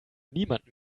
niemand